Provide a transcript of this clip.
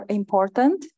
important